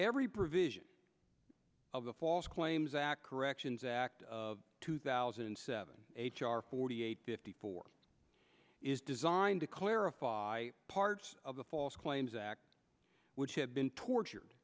every provision of the false claims act corrections act of two thousand and seven h r forty eight fifty four is designed to clarify parts of the false claims act which have been tortured